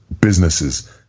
businesses